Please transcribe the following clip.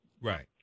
Right